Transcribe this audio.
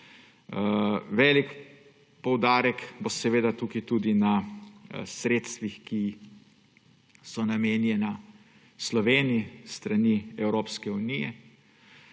Velik poudarek bo tukaj tudi na sredstvih, ki so namenjena Sloveniji s strani Evropske unije.